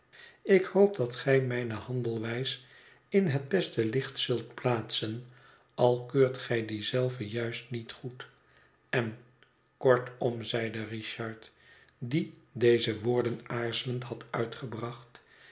ik hoop dat gij mijne handelwijs in het beste licht zult plaatsen al keurt gij die zelve juist niet goed en kortom zeide richard die deze woorden aarzelend had uitgebracht